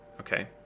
Okay